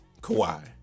Kawhi